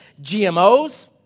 GMOs